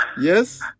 Yes